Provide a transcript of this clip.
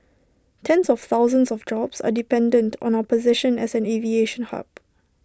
tens of thousands of jobs are dependent on our position as an aviation hub